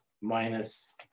minus